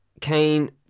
Kane